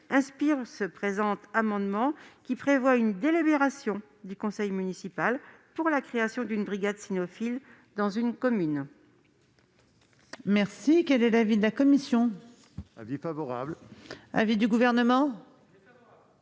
inspire le présent amendement, qui vise une délibération du conseil municipal pour la création d'une brigade cynophile dans une commune.